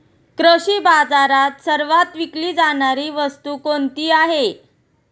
कृषी बाजारात सर्वात विकली जाणारी वस्तू कोणती आहे?